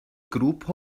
grŵp